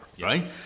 right